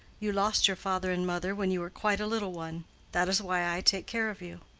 you lost your father and mother when you were quite a little one that is why i take care of you.